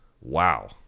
Wow